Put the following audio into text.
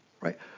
right